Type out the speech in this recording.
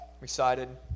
recited